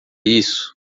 isso